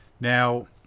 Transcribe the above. Now